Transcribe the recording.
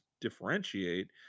differentiate